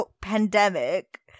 pandemic